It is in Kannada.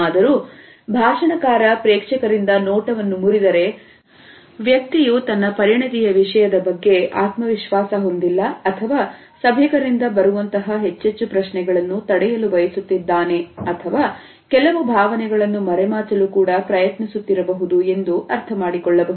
ಆದರೂ ಭಾಷಣಕಾರ ಪ್ರೇಕ್ಷಕರಿಂದ ನೋಟವನ್ನು ಮುರಿದರೆ ವ್ಯಕ್ತಿಯು ತನ್ನ ಪರಿಣತಿಯ ವಿಷಯದ ಬಗ್ಗೆ ಆತ್ಮವಿಶ್ವಾಸ ಹೊಂದಿಲ್ಲ ಅಥವಾ ಸಭಿಕರಿಂದ ಬರುವಂತಹ ಹೆಚ್ಚೆಚ್ಚು ಪ್ರಶ್ನೆಗಳನ್ನು ತಡೆಯಲು ಬಯಸುತ್ತಿದ್ದಾನೆ ಅಥವಾ ಕೆಲವು ಭಾವನೆಗಳನ್ನು ಮರೆಮಾಚಲು ಕೂಡ ಪ್ರಯತ್ನಿಸುತ್ತಿರಬಹುದು ಎಂದು ಅರ್ಥಮಾಡಿಕೊಳ್ಳಬಹುದು